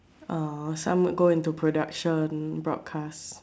uh some go into production broadcast